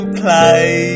play